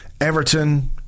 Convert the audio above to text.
Everton